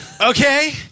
Okay